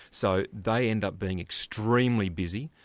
so they end up being extremely busy,